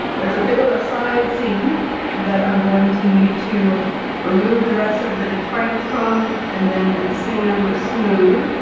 there's a bit of a side seam that i'm going to need to remove the rest of the detritus from and then sand smooth.